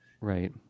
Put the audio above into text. right